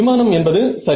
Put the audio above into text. விமானம் என்பது சரி